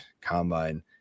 combine